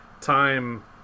time